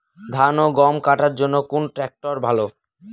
ধান ও গম কাটার জন্য কোন ট্র্যাক্টর ভালো?